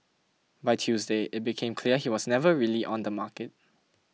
by Tuesday it became clear he was never really on the market